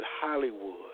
Hollywood